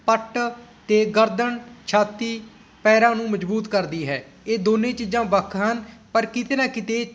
ਪੱਟ ਅਤੇ ਗਰਦਨ ਛਾਤੀ ਪੈਰਾਂ ਨੂੰ ਮਜ਼ਬੂਤ ਕਰਦੀ ਹੈ ਇਹ ਦੋਨੇ ਚੀਜ਼ਾਂ ਵੱਖ ਹਨ ਪਰ ਕਿਤੇ ਨਾ ਕਿਤੇ